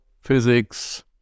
physics